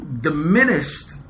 diminished